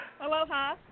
aloha